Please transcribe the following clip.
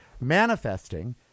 manifesting